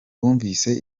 wumvise